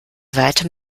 weiter